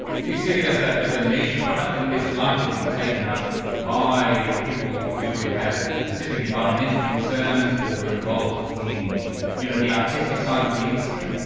do you see it as ah as a niche product? i mean, is it likely to be taken up by people who have specific environmental concerns or who are involved in you know the artistic side of the industry?